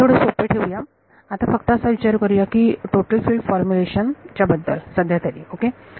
पण हे थोडे सोपे ठेवूया आता फक्त असा विचार करू या टोटल फील्ड फॉर्मुलेशन बद्दल सध्या तरी ओके